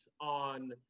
On